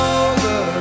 over